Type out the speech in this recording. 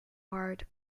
part